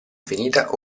finita